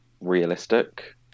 realistic